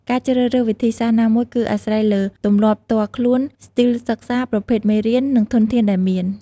ការជ្រើសរើសវិធីសាស្ត្រណាមួយគឺអាស្រ័យលើទម្លាប់ផ្ទាល់ខ្លួន ស្ទីលសិក្សា ប្រភេទមេរៀន និងធនធានដែលមាន។